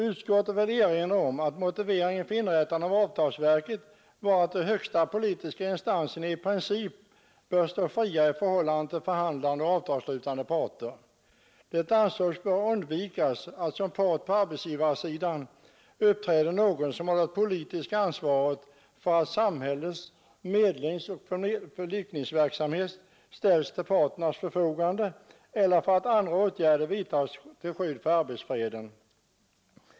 Utskottet vill erinra om att motiveringen för inrättandet av avtalsverket var att de högsta politiska instanserna i princip bör stå fria i förhållande till förhandlande och avtalsslutande parter. Det ansågs böra undvikas att som part på arbetsgivarsidan uppträder någon som har det politiska ansvaret för att samhällets medlingsoch förlikningsverksamhet ställs till parternas förfogande eller för att andra åtgärder vidtas till skydd för arbetsfreden.